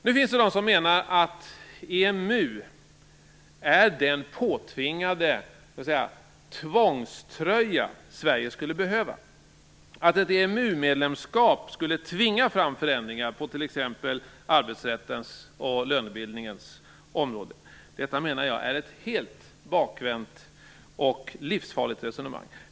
Nu finns det dem som menar att EMU är den påtvingade tvångströja som Sverige skulle behöva, att ett EMU-medlemskap skulle tvinga fram förändringar på t.ex. arbetsrättens och lönebildningens område. Detta menar jag är ett helt bakvänt och livsfarligt resonemang.